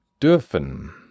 dürfen